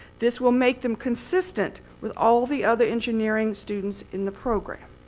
this will make them consistent with all the other engineering students in the program.